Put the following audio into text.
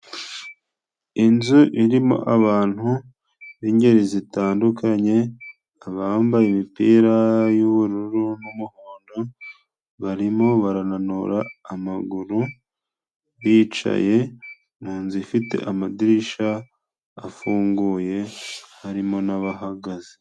Inzu irimo abantu b'ingeri zitandukanye: Abambaye imipira y'ubururu n'umuhondo barimo barananura amaguru, bicaye mu nzu ifite amadirishya afunguye, harimo n'abahahagaze.